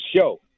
show